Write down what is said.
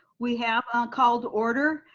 we have called order.